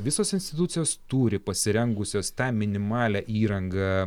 visos institucijos turi pasirengusios tą minimalią įrangą